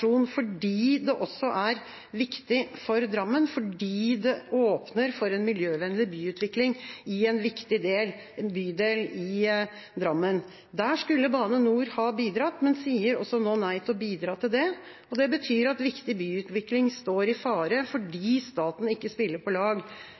er også viktig for Drammen, fordi det åpner for en miljøvennlig byutvikling i en viktig bydel i Drammen. Der skulle Bane NOR ha bidratt, men sier også nå nei til å bidra til det. Det betyr at viktig byutvikling står i fare fordi